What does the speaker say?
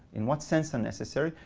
in one sense unnecessary.